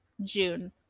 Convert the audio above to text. June